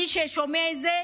מי ששומע את זה,